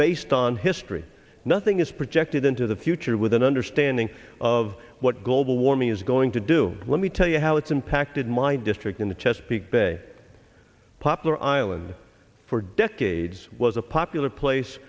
based on history nothing is projected into the future with an understanding of what global warming is going to do let me tell you how it's impacted my district in the chesapeake bay poplar island for decades was a popular place